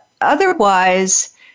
otherwise